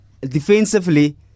defensively